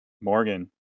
Morgan